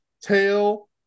tail